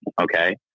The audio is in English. Okay